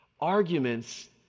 arguments